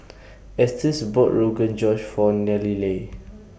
Estes bought Rogan Josh For Nallely